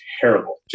terrible